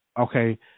Okay